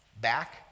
back